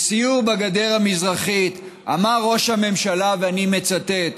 בסיור בגדר המזרחית, אמר ראש הממשלה, ואני מצטט: